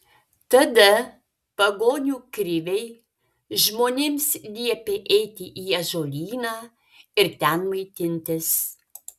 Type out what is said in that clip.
tada pagonių kriviai žmonėms liepė eiti į ąžuolyną ir ten maitintis